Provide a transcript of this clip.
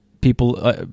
people